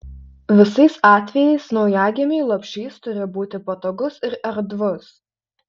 visais atvejais naujagimiui lopšys turi būti patogus ir erdvus